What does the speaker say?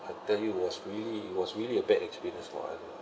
I tell you was really it was really a bad experience for us